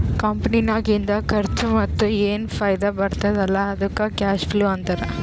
ಕಂಪನಿನಾಗಿಂದ್ ಖರ್ಚಾ ಮತ್ತ ಏನ್ ಫೈದಾ ಬರ್ತುದ್ ಅಲ್ಲಾ ಅದ್ದುಕ್ ಕ್ಯಾಶ್ ಫ್ಲೋ ಅಂತಾರ್